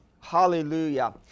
hallelujah